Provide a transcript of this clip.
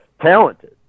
Talented